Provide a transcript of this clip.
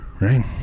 right